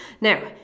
Now